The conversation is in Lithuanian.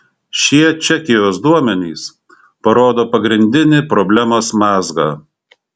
šie čekijos duomenys parodo pagrindinį problemos mazgą